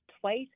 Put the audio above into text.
twice